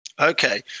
Okay